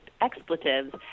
expletives